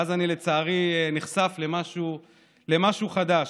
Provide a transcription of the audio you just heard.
ואז לצערי אני נחשף למשהו חדש,